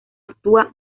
actúa